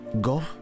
Go